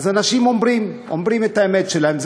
אז אנשים אומרים, אומרים את האמת שלהם.